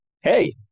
hey